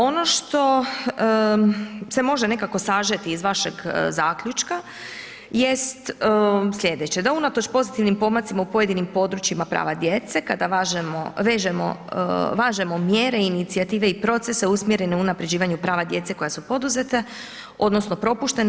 Ono što se može nekako sažeti iz vašeg zaključka, jest sljedeće, da unatoč pozitivnim pomacima u pojedinim područja prava djece, kada vežemo, važemo mjere i inicijative i procese usmjerene u unapređivanje prava djece koja su poduzete, odnosno, propuštene.